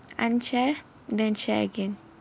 unshare then share again